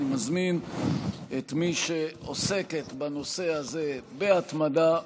אני מזמין את מי שעוסקת בנושא הזה בהתמדה,